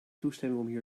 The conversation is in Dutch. toestemming